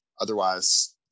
otherwise